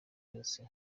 yose